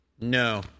No